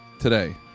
today